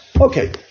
okay